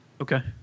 Okay